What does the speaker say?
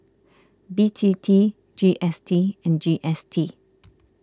B T T G S T and G S T